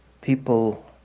people